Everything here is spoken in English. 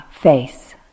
face